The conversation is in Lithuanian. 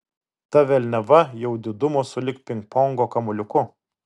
ta velniava jau didumo sulig pingpongo kamuoliuku